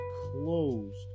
closed